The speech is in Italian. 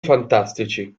fantastici